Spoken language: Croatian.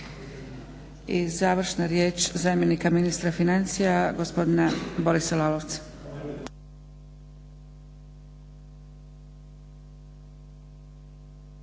I završna riječ zamjenika ministra financija, gospodina Borisa Lalovca.